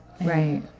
Right